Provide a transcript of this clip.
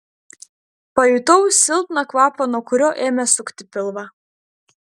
pajutau silpną kvapą nuo kurio ėmė sukti pilvą